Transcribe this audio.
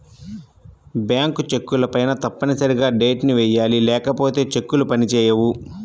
bank చెక్కులపైన తప్పనిసరిగా date ని వెయ్యాలి లేకపోతే చెక్కులు పని చేయవు